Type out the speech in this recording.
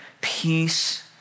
peace